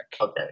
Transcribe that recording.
Okay